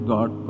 God